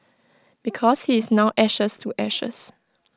because he is now ashes to ashes